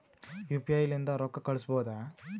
UPI ಲಿಂದ ರೊಕ್ಕ ಕಳಿಸಬಹುದಾ?